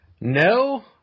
No